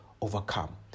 overcome